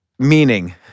meaning